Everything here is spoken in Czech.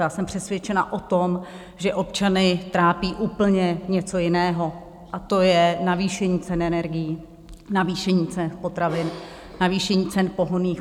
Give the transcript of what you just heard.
Já jsem přesvědčena o tom, že občany trápí úplně něco jiného, a to je navýšení cen energií, navýšení cen potravin, navýšení cen pohonných hmot.